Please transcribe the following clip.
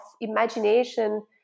imagination